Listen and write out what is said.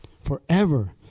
forever